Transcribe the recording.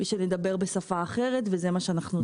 ושנדבר בשפה אחת וזה מה שאנחנו עושים.